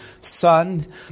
son